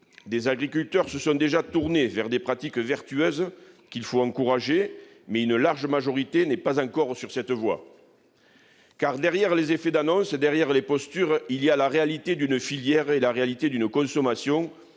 Des agriculteurs se sont déjà tournés vers des pratiques vertueuses qu'il faut encourager, mais une large majorité n'est pas encore sur cette voie. Car, derrière les effets d'annonce, derrière les postures, il y a la réalité d'une filière et d'une consommation